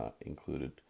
included